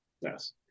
Yes